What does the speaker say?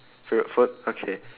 favourite food okay